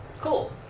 Cool